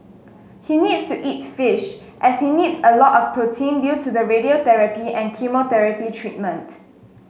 he needs to eat fish as he needs a lot of protein due to the radiotherapy and chemotherapy treatment